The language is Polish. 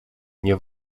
nie